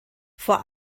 vor